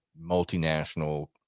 multinational